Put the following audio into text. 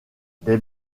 des